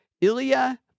Ilya